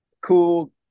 Cool